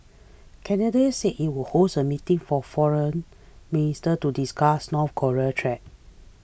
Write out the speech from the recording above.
Canada said it would host a meeting for foreign ministers to discuss North Korean threat